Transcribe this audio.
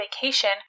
vacation